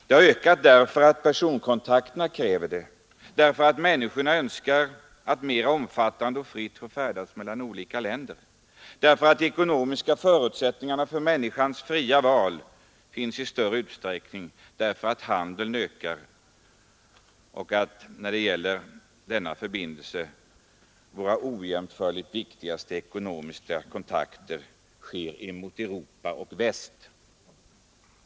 Det har ökat därför att personkontakterna kräver det, därför att människorna önskar att mera omfattande och fritt få färdas mellan olika länder, därför att de ekonomiska förutsättningarna för människans fria val finns i större utsträckning samt därför att handeln ökar och att när det gäller denna förbindelse våra ojämförligt viktigaste ekonomiska kontakter sker mot Europa och mot väst.